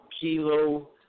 Kilo